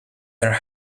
their